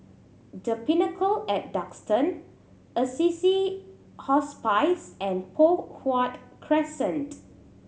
The Pinnacle at Duxton Assisi Hospice and Poh Huat Crescent